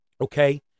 okay